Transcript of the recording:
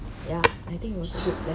ya I think it was good that